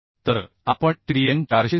तर आपण TDN 460